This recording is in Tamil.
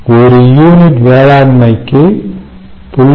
1 யூனிட் வேளாண்மைக்கு 0